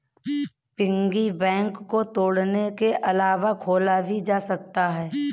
piggy bank को तोड़ने के अलावा खोला भी जा सकता है